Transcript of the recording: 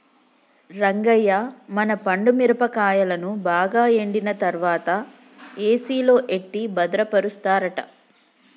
రంగయ్య మన పండు మిరపకాయలను బాగా ఎండిన తర్వాత ఏసిలో ఎట్టి భద్రపరుస్తారట